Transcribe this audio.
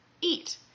eat